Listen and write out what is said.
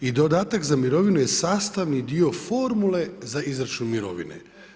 I dodatak za mirovinu je sastavni dio formule za izračun mirovine.